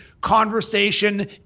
conversation